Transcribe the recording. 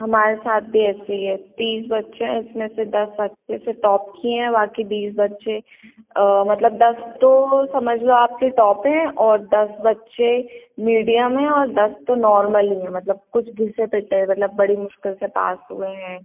हमारे साथ भी ऐसे ही है तीस बच्चे हैं इसमें से दस अच्छे से टॉप किए हैं बाक़ी बीस बच्चे मतलब दस तो समझ लो आपके टॉप हैं और दस बच्चे मीडियम हैं और दस तो नॉर्मल ही हैं मतलब कुछ घिसे पिटे हैं मतलब बड़ी मुश्किल से पास हुए हैं